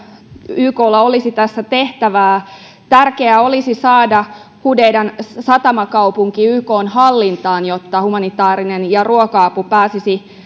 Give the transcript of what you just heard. yklla olisi tässä tehtävää tärkeää olisi saada hodeidan satamakaupunki ykn hallintaan jotta humanitaarinen ja ruoka apu pääsisivät